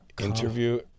Interview